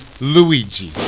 Luigi